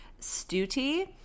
Stuti